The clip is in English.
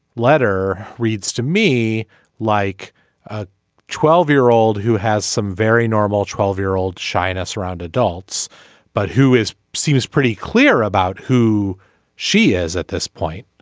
letter reads to me like a twelve year old who has some very normal twelve year old shyness around adults but who is seems pretty clear about who she is at this point.